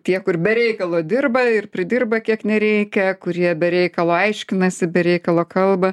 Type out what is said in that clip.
tie kur be reikalo dirba ir pridirba kiek nereikia kurie be reikalo aiškinasi be reikalo kalba